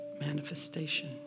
manifestation